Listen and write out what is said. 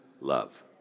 love